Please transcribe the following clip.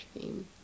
dream